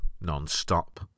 non-stop